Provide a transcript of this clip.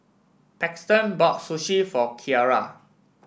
Paxton bought Sushi for Kyara